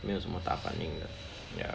没有什么大反应 lah ya